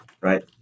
right